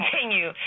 continue